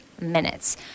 minutes